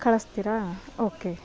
ಕಳಿಸ್ತೀರಾ ಓಕೆ